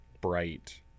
bright